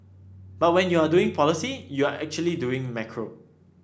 but when you are doing policy you're actually doing macro